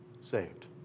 saved